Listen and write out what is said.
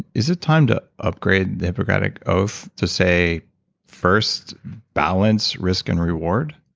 is it time to upgrade the hippocratic oath to say first balance risk and reward?